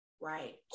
Right